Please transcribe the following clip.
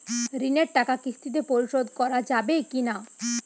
ঋণের টাকা কিস্তিতে পরিশোধ করা যাবে কি না?